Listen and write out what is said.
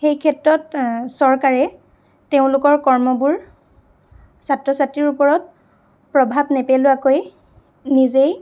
সেই ক্ষেত্ৰত চৰকাৰে তেওঁলোকৰ কৰ্মবোৰ ছাত্ৰ ছাত্ৰীৰ ওপৰত প্ৰভাৱ নেপেলোৱাকৈ নিজেই